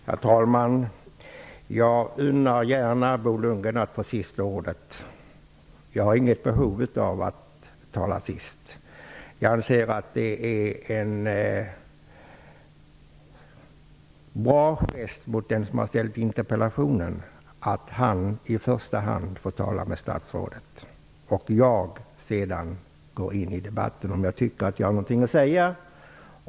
Herr talman! Jag unnar gärna Bo Lundgren att få sista ordet. Jag har inget behov av att tala sist. Jag anser att det är en trevlig gest mot den som har ställt interpellationen att han får tala med statsrådet i första hand och att jag går in i debatten senare, om jag tycker att jag har någonting att säga.